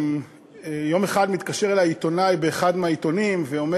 יום אחד מתקשר אלי עיתונאי מאחד מהעיתונים ואומר